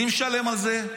מי משלם על זה?